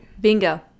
Bingo